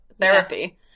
therapy